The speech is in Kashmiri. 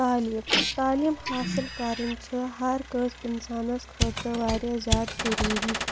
تعلیٖم تعلیٖم حاصِل کَرٕنۍ چھِ ہر کٲنٛسہِ اِنسانَس خٲطرٕ واریاہ زیادٕ ضروٗری